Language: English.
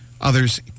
Others